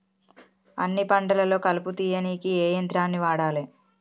అన్ని పంటలలో కలుపు తీయనీకి ఏ యంత్రాన్ని వాడాలే?